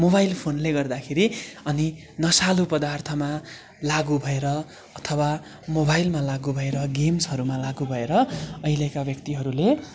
mobile फोनले गर्दाखेरि अनि नसालु पदार्थमा लागु भएर अथवा मोबाइलमा लागु भएर गेम्सहरूमा लागु भएर अहिलेका व्यक्तिहरूले